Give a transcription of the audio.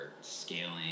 scaling